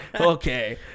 Okay